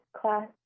class